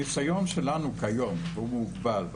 הניסיון שלנו היום הוא מוגבל,